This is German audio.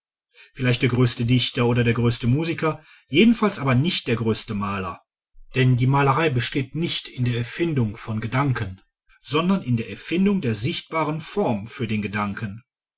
vielleicht der größte dichter oder der größte musiker jedenfalls aber nicht der größte maler denn die malerei besteht nicht in der erfindung von gedanken sondern in der erfindung der sichtbaren form für den gedanken